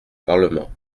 parlement